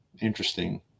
Interesting